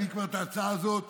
אני כבר את ההצעה הזאת